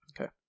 Okay